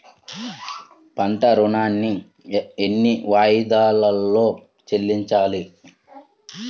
పంట ఋణాన్ని ఎన్ని వాయిదాలలో చెల్లించాలి?